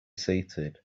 seated